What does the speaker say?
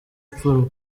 ipfunwe